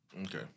Okay